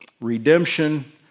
Redemption